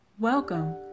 Welcome